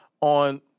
on